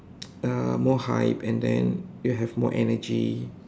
um more hype and then you have more energy